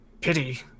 pity